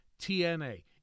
TNA